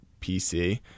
PC